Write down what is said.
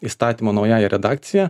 įstatymo naująja redakcija